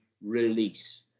release